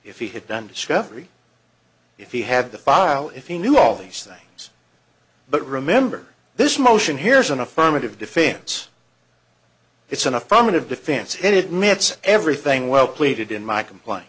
if he had done discovery if he had the file if he knew all these things but remember this motion here is an affirmative defense it's an affirmative defense in admits everything well pleaded in my complain